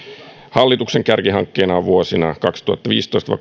hallituksen kärkihankkeena on vuosina kaksituhattaviisitoista